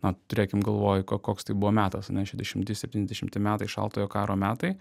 na turėkim galvoj ko koks tai buvo metas ane šedešimti septyniasdešimti metai šaltojo karo metai